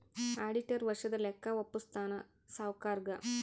auditor ವರ್ಷದ ಲೆಕ್ಕ ವಪ್ಪುಸ್ತಾನ ಸಾವ್ಕರುಗಾ